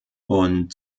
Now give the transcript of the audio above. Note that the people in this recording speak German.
und